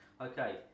Okay